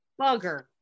bugger